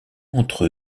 entre